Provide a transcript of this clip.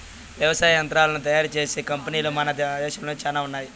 వ్యవసాయ యంత్రాలను తయారు చేసే కంపెనీలు మన దేశంలో చానా ఉన్నాయి